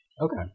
Okay